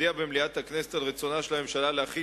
מודיעה במליאת הכנסת על רצונה של הממשלה להחיל